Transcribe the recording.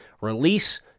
Release